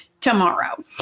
tomorrow